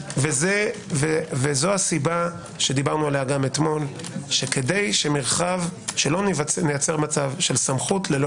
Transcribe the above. זו הסיבה שדיברנו עליה גם אתמול שכדי שלא נייצר מצב של סמכות ללא